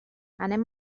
anem